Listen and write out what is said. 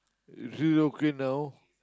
is he okay now